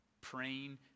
praying